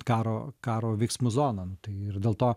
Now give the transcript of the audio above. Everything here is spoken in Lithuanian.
karo karo veiksmų zona tai ir dėl to